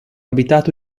abitato